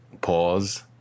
pause